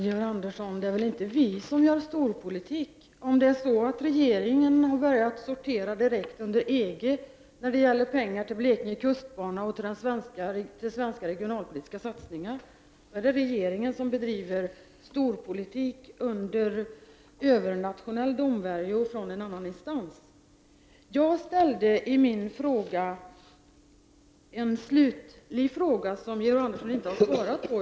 Herr talman! Det är inte vi som gör storpolitik av den här frågan, Georg Andersson! Om regeringen har börjat sortera direkt under EG när det gäller pengar till Blekinge kustbana och till svenska regionala satsningar, är det regeringen som bedriver storpolitik under övernationell domvärjo från en annan instans. Jag ställde i mitt tidigare inlägg en slutlig fråga som Georg Andersson inte har svarat på.